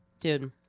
Dude